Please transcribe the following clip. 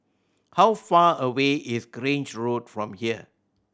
how far away is Grange Road from here